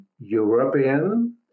European